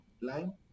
line